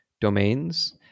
domains